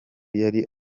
yari